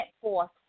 forth